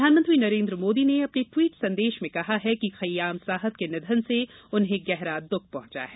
प्रधानमंत्री नरेंद्र मोदी ने अपने ट्वीट संदेश में कहा है कि खय्याम साहब के निधन से उन्हें गहरा दुख पहुंचा है